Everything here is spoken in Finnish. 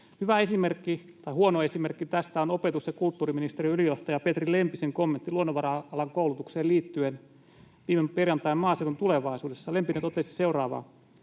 Hyvä esimerkki, tai huono esimerkki, tästä on opetus- ja kulttuuriministeriön ylijohtajan Petri Lempisen kommentti luonnonvara-alan koulutukseen liittyen viime perjantain Maaseudun Tulevaisuudessa. Lempinen totesi seuraavaa: